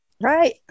Right